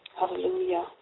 hallelujah